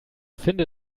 finde